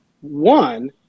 one